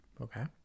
okay